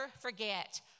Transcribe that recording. forget